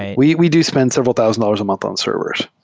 and we we do spend several thousand dollars a month on servers.